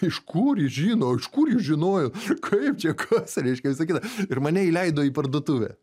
iš kur jis žino iš kur jis žinojo kaip čia kas reiškia visa kita ir mane įleido į parduotuvę